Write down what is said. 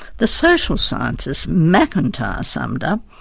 the social scientists, macintyre summed up,